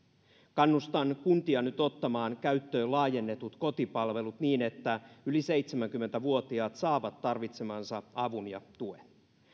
kannustan kuntia nyt ottamaan käyttöön laajennetut kotipalvelut niin että yli seitsemänkymmentä vuotiaat saavat tarvitsemansa avun ja tuen